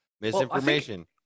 misinformation